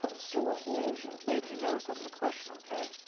so what's the answer? babe, he knows that's the question, okay?